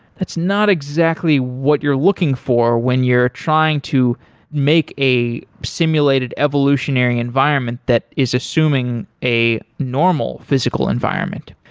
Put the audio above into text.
it's not exactly what you're looking for when you're trying to make a simulated evolutionary environment that is assuming a normal physical environment.